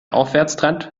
aufwärtstrend